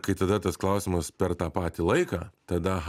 kai tada tas klausimas per tą patį laiką tada